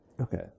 Okay